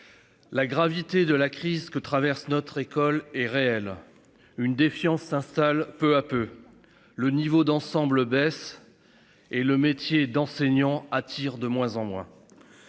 La gravité de la crise que traverse notre école est réel. Une défiance s'installe peu à peu le niveau d'ensemble baisse. Et le métier d'enseignant attire de moins en moins.